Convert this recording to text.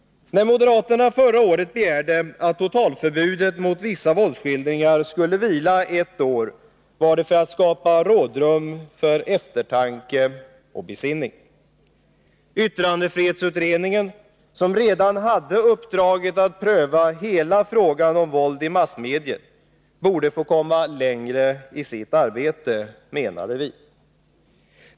När moderaterna förra året begärde att totalförbudet mot vissa våldsskildringar skulle vila ett år var det för att skapa rådrum för eftertanke och besinning. Yttrandefrihetsutredningen — som redan hade uppdraget att pröva hela frågan om våld i massmedier — borde få komma längre i sitt arbete, menade vi.